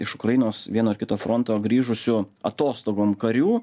iš ukrainos vieno ar kito fronto grįžusių atostogom karių